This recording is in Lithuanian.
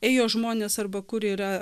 ėjo žmonės arba kur yra